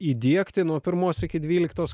įdiegti nuo pirmos iki dvyliktos